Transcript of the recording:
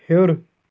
ہیٚور